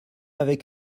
avec